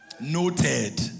Noted